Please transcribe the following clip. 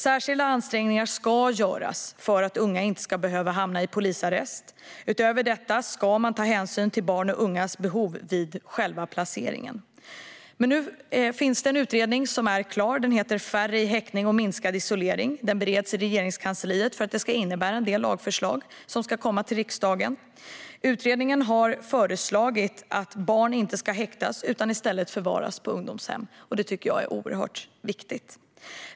Särskilda ansträngningar ska göras för att unga inte ska behöva hamna i polisarrest. Utöver detta ska man ta hänsyn till barns och ungas behov vid själva placeringen. Nu finns en utredning klar, Färre i häkte och minskad isolering , som bereds i Regeringskansliet. Den ska leda till lagförslag som ska läggas fram för riksdagen. Utredningen har föreslagit att barn inte ska häktas utan i stället förvaras på ungdomshem. Det är oerhört viktigt.